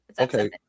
Okay